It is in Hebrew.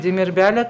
ולדימיר ביאלק,